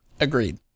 Agreed